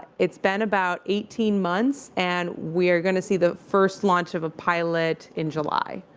it's been about eighteen months, and we're going to see the first launch of a pilot in july.